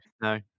no